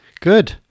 Good